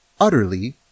utterly